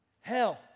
Hell